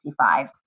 1965